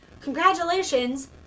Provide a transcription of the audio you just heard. congratulations